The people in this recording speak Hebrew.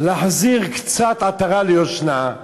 להחזיר קצת עטרה ליושנה,